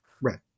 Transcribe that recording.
Right